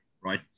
right